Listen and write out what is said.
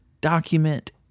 document